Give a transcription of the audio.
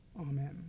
Amen